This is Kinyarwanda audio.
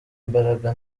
imbaraga